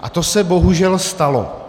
A to se bohužel stalo.